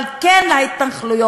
אבל כן להתנחלויות.